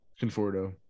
Conforto